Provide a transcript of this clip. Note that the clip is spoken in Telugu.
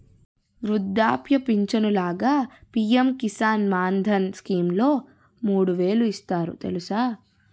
వృద్ధాప్య పించను లాగా పి.ఎం కిసాన్ మాన్ధన్ స్కీంలో మూడు వేలు ఇస్తారు తెలుసా?